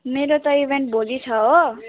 मेरो त इभेन्ट भोलि छ हो